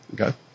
Okay